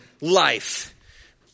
life